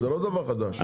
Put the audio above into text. זה לא דבר חדש.